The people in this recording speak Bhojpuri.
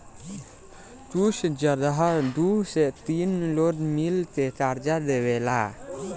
कुछ जगह दू से तीन लोग मिल के कर्जा देवेला